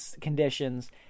conditions